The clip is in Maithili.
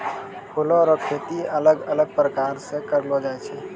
फूलो रो खेती अलग अलग प्रकार से करलो जाय छै